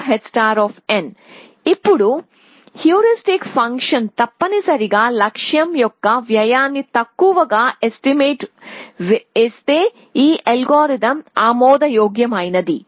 hh ఇప్పుడు heuristic function తప్పనిసరిగా లక్ష్యం యొక్క వ్యయాన్ని తక్కువగా ఎస్టిమేట్ వేస్తే ఈ అల్గోరిథం ఆమోదయోగ్యమైనది